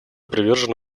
привержены